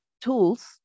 tools